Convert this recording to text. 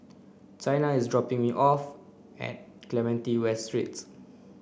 Chyna is dropping me off at Clementi West Street